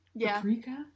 Paprika